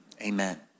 Amen